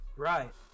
right